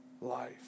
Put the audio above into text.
life